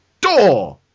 DOOR